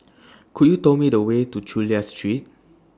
Could YOU Tell Me The Way to Chulia Street